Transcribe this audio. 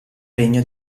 regno